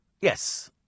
Yes